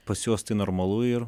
pas juos tai normalu ir